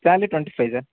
చార్ీట్వంటీ ఫై్